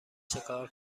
چیکار